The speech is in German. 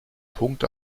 punkt